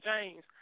James